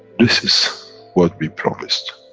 this is what we promised,